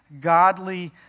godly